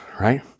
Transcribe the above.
right